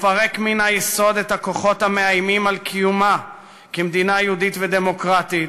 לפרק מן היסוד את הכוחות המאיימים על קיומה כמדינה יהודית ודמוקרטית,